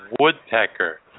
woodpecker